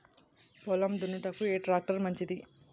పొలం దున్నుటకు ఏ ట్రాక్టర్ మంచిది?